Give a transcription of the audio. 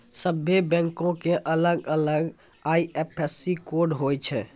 सभ्भे बैंको के अलग अलग आई.एफ.एस.सी कोड होय छै